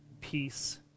peace